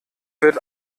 wird